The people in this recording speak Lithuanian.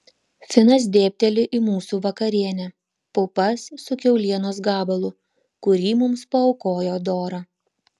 finas dėbteli į mūsų vakarienę pupas su kiaulienos gabalu kurį mums paaukojo dora